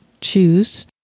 choose